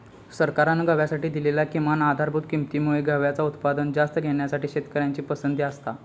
सरकारान गव्हासाठी दिलेल्या किमान आधारभूत किंमती मुळे गव्हाचा उत्पादन जास्त घेण्यासाठी शेतकऱ्यांची पसंती असता